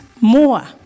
more